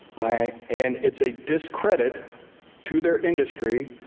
i and it's a discredit to their industry.